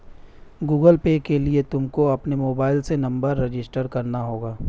Google Pay के लिए तुमको अपने मोबाईल नंबर से रजिस्टर करना होगा